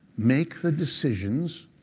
make the decisions,